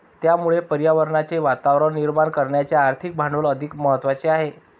त्यामुळे पर्यावरणाचे वातावरण निर्माण करण्याचे आर्थिक भांडवल अधिक महत्त्वाचे आहे